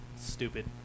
stupid